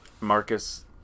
Marcus